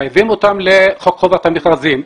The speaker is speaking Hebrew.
מחייבים אותם חוק חובת המכרזים.